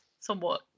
somewhat